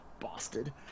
Bastard